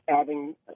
adding